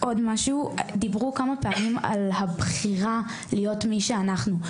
דיברו כמה פעמים על הבחירה להיות מי שאנחנו.